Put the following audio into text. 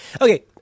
Okay